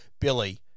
Billy